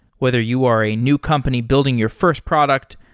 whether you are a new company building your first product,